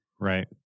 right